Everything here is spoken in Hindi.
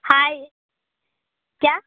हाय क्या